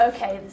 Okay